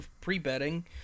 pre-betting